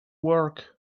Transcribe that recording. work